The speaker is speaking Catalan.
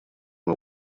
meu